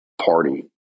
party